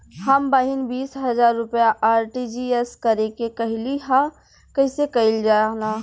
हमर बहिन बीस हजार रुपया आर.टी.जी.एस करे के कहली ह कईसे कईल जाला?